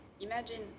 Imagine